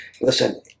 Listen